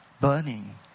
burning